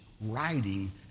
writing